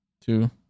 two